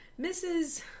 Mrs